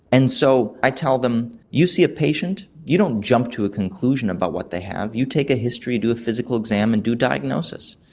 and so i tell them, you see a patient, you don't jump to a conclusion about what they have, you take a history, do a physical exam and do diagnosis,